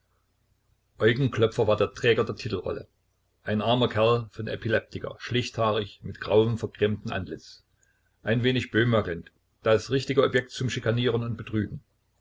eugen klöpfer war der träger der titelrolle ein armer kerl von epileptiker schlichthaarig mit grauem vergrämtem antlitz ein wenig böhmakelnd das richtige objekt zum schikanieren und betrügen